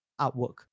artwork